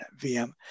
VM